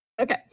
Okay